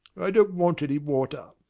i don't want any water.